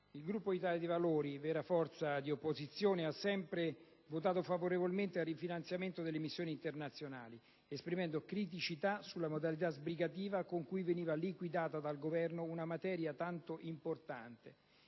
il Gruppo Italia dei Valori, vera forza di opposizione, ha sempre votato favorevolmente al rifinanziamento delle missioni internazionali, esprimendo criticità sulla modalità sbrigativa con cui veniva liquidata dal Governo una materia tanto importante.